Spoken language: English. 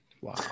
Wow